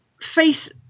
face